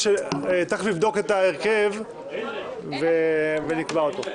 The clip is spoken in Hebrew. תיכף נבדוק את ההרכב ונקבע אותו.